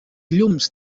llums